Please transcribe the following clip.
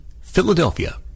Philadelphia